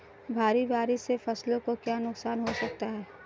भारी बारिश से फसलों को क्या नुकसान हो सकता है?